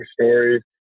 stories